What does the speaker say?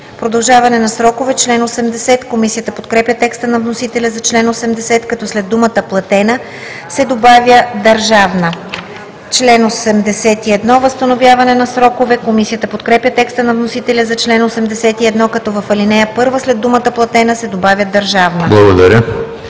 „Продължаване на срокове – член 80“. Комисията подкрепя текста на вносителя за чл. 80, като след думата „платена“ се добавя „държавна“. „Член 81 – Възстановяване на срокове“. Комисията подкрепя текста на вносителя за чл. 81, като в ал. 1 след думата „платена“ се добавя „държавна“.